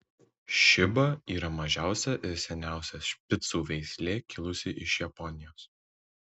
šiba yra mažiausia ir seniausia špicų veislė kilusi iš japonijos